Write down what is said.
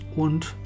und